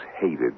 hated